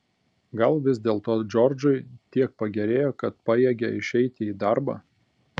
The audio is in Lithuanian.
gal vis dėlto džordžui tiek pagerėjo kad pajėgė išeiti į darbą